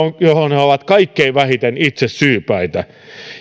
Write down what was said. johon he ovat kaikkein vähiten itse syypäitä